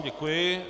Děkuji.